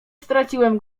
straciłem